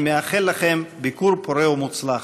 אני מאחל לכם ביקור פורה ומוצלח.